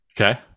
Okay